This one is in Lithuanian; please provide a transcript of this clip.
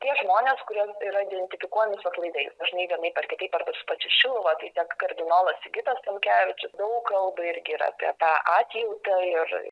tie žmonės kuriem yra identifikuojami su atlaidais dažnai vienaip ar kitaip arba su pačia šiluva tai tiek kardinolas sigitas stankevičius daug kalba irgi ir apie tą atjautą ir